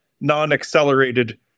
non-accelerated